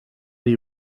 die